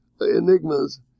enigmas